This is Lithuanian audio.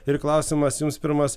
ir klausimas jums pirmas